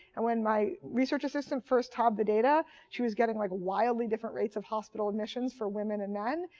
and when my research assistant first tabbed the data, she was getting like wildly different rates of hospital admissions for women and men.